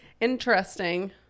Interesting